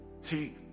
See